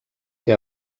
que